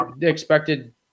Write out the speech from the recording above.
expected